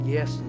Yes